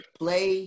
play